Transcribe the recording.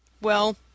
Well